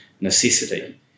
necessity